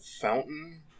fountain